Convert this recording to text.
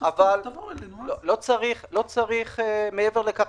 לא צריך מעבר לכך,